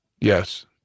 Yes